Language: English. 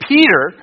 Peter